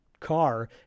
car